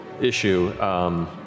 issue